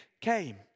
came